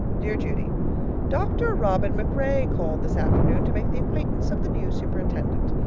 dear judy dr. robin macrae called this afternoon to make the acquaintance of the new superintendent.